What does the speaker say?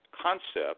concept